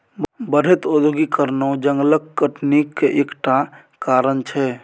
बढ़ैत औद्योगीकरणो जंगलक कटनीक एक टा कारण छै